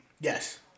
Yes